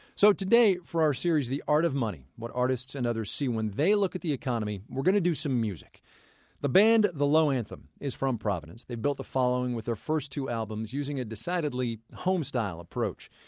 so today for our series, the art of money, what artists and others see when they look at the economy, we're going to do some music the band the low anthem is from providence. they've built a following with their first two albums using a decidedly home-style approach.